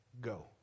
go